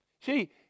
See